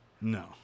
No